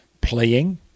playing